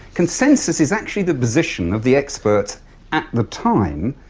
consensus is actually the position of the experts at the time,